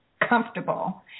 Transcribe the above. comfortable